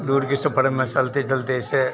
दूर के सफ़र में चलते चलते ऐसे